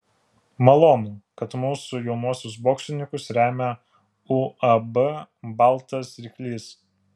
malonu kad mūsų jaunuosius boksininkus remia uab baltas ryklys